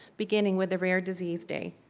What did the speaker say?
beginning with a rare disease day.